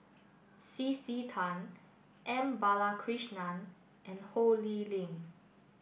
C C Tan M Balakrishnan and Ho Lee Ling